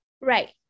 Right